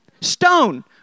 Stone